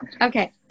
Okay